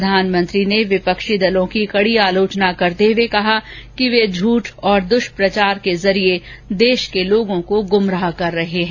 प्रधानमंत्री ने विपक्षी दलों की कड़ी आलोचना करते हुए कहा कि वे झूठ और दुष्प्रचार के जरिए देश के लोगों को गुमराह कर रहे हैं